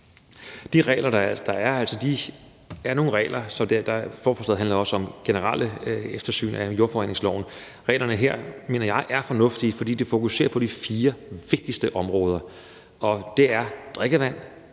regler, og som jeg forstår det, handler forslaget også om nogle generelle eftersyn af jordforureningsloven. Reglerne her mener jeg er fornuftige, fordi de fokuserer på de fire vigtigste områder: Det er drikkevandet,